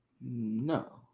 No